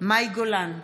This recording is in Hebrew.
מאי גולן,